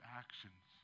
actions